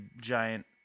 giant